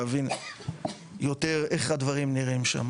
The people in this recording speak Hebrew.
להבין יותר איך הדברים נראים שם.